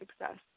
success